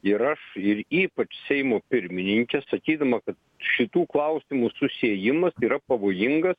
ir aš ir ypač seimo pirmininkė sakydama kad šitų klausimų susiejimas yra pavojingas